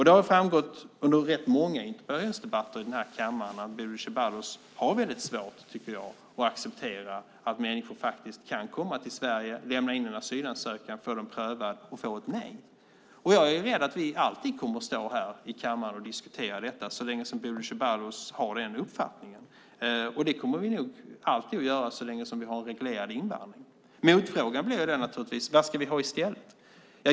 Det har framgått under rätt många interpellationsdebatter i den här kammaren att Bodil Ceballos har väldigt svårt, tycker jag, att acceptera att människor faktiskt kan komma till Sverige, lämna in en asylansökan, få den prövad och få ett nej. Jag är rädd att vi alltid kommer att stå här i kammaren och diskutera detta så länge Bodil Ceballos har den uppfattningen. Det kommer vi nog alltid att göra så länge vi har en reglerad invandring. Motfrågan blir naturligtvis: Vad ska vi ha i stället?